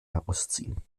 herausziehen